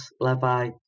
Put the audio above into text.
Levi